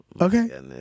Okay